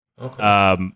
Okay